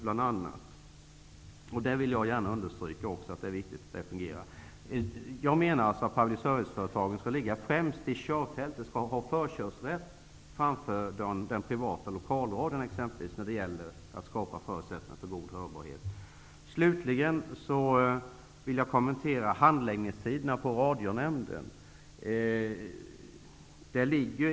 Jag vill understryka att hörbarheten är viktig. Public service-företagen skall ligga främst i körfältet och ha förkörsrätt framför t.ex. den privata lokalradion när det gäller att skapa förutsättningar för god hörbarhet. Slutligen vill jag kommentera handläggningstiderna vid Radionämnden.